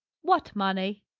what money?